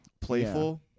Playful